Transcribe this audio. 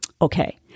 Okay